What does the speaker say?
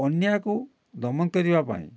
ଅନ୍ୟାୟକୁ ଦମନ କରିବା ପାଇଁ